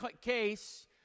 case